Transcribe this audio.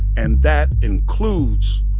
and that includes,